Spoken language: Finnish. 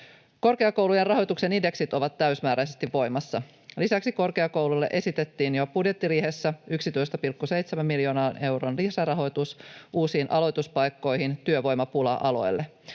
Korkeakoulujen rahoituksen indeksit ovat täysimääräisesti voimassa. Lisäksi korkeakouluille esitettiin jo budjettiriihessä 11,7 miljoonan euron lisärahoitus uusiin aloituspaikkoihin työvoimapula-aloille.